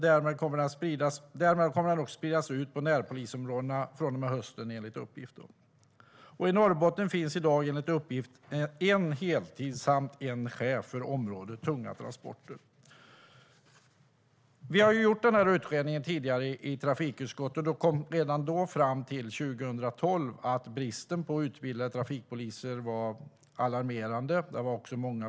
Därmed kommer den också att spridas ut på närpolisområdena från och med hösten, enligt uppgift. I Norrbotten finns i dag enligt uppgift en heltid samt en chef för området tunga transporter. Vi har gjort denna utredning tidigare i trafikutskottet och kom redan då, 2012, fram till att bristen på utbildade trafikpoliser är alarmerande.